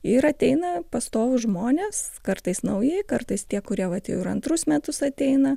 ir ateina pastovūs žmonės kartais nauji kartais tie kurie vat jau ir antrus metus ateina